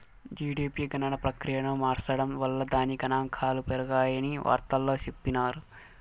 GDP గణన ప్రక్రియను మార్సడం వల్ల దాని గనాంకాలు పెరిగాయని వార్తల్లో చెప్పిన్నారు